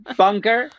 bunker